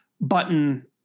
button